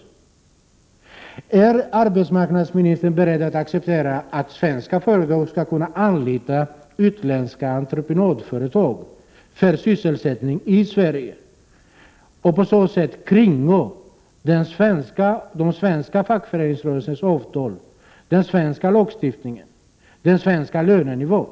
Ärarbetsmarknadsministern beredd att acceptera att svenska företag skall kunna anlita utländska entreprenadföretag för sysselsättning i Sverige och på så sätt kringgå den svenska fackföreningsrörelsens avtal, den svenska lagstiftningen och den svenska lönenivån?